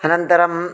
अनन्तरम्